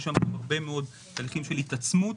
יש הרבה מאוד תהליכים של התעצמות,